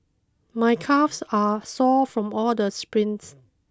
my calves are sore from all the sprints